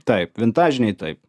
taip vintažiniai taip